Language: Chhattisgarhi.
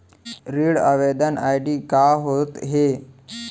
ऋण आवेदन आई.डी का होत हे?